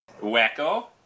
Wacko